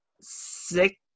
six